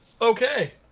Okay